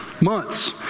months